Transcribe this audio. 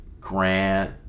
Grant